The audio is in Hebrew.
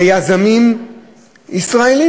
ליזמים ישראלים.